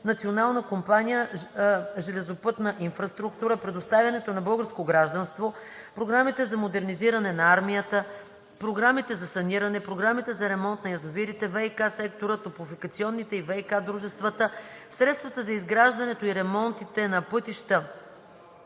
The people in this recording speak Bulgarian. Национална компания железопътна инфраструктура; предоставянето на българско гражданство; програмите за модернизиране на армията; програмите за саниране; програмите за ремонт на язовирите; ВиК-сектора; топлофикационните и ВиК-дружествата; средствата за изграждането и ремонтите на пътища